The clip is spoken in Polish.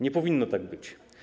Nie powinno tak być.